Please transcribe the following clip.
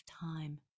time